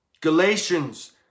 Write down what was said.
Galatians